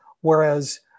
Whereas